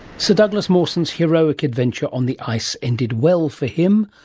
so douglas mawson's heroic adventure on the ice ended well for him,